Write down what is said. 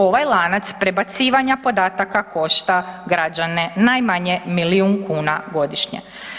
Ovaj lanac prebacivanja podataka košta građane najmanje milijun kuna godišnje.